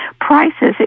Prices